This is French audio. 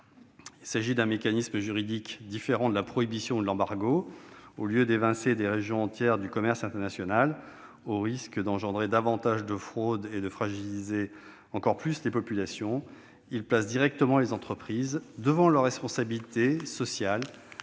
Il s'agit d'un mécanisme juridique différent de la prohibition ou de l'embargo. Au lieu d'évincer des régions entières du commerce international, au risque d'engendrer davantage de fraudes et de fragiliser encore plus les populations, il place directement les entreprises devant leur responsabilité sociale